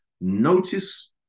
Notice